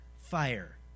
Fire